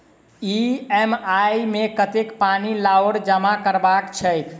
EMI मे कतेक पानि आओर जमा करबाक छैक?